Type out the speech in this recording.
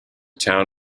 town